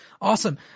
Awesome